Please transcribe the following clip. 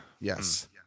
Yes